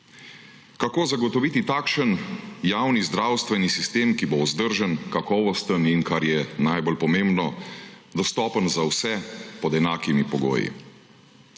kako zagotoviti takšen javni zdravstveni sistem, ki bo vzdržen, kakovosten in, kar je najbolj pomembno, dostopen za vse pod enakimi pogoji.